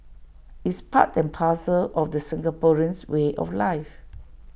it's part and parcel of the Singaporeans way of life